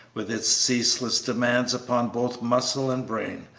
with its ceaseless demands upon both muscle and brain.